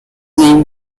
name